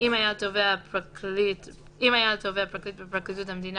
אם היה התובע פרקליט בפרקליטות המדינה